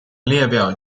列表